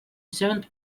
seventh